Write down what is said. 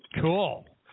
Cool